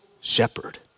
shepherd